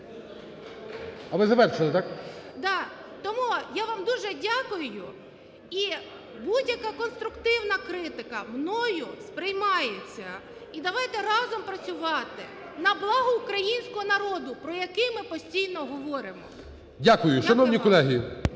А ви завершили, так? КОРЧАК Н.М. Тому я вам дуже дякую. І будь-яка конструктивна критика мною сприймається. І давайте разом працювати на благо українського народу, про який ми постійно говоримо. ГОЛОВУЮЧИЙ. Дякую. Шановні колеги,